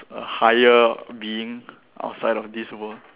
a higher being outside of this world